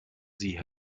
sie